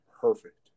perfect